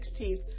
16th